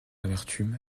amertume